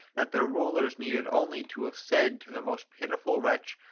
that their rulers needed only to have said to the most pitiful wretch,